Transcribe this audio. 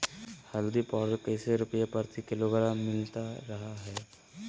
हल्दी पाउडर कैसे रुपए प्रति किलोग्राम मिलता रहा है?